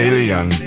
Alien